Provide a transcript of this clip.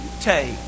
take